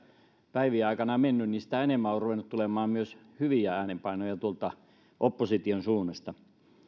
päivien aikana mennyt niin sitä enemmän on ruvennut tulemaan myös hyviä äänenpainoja tuolta opposition suunnasta